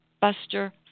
Buster